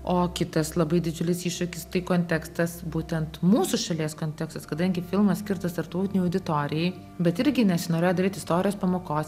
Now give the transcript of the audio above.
o kitas labai didžiulis iššūkis tai kontekstas būtent mūsų šalies kontekstas kadangi filmas skirtas tarptautinei auditorijai bet irgi nesinorėjo daryt istorijos pamokos